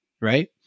right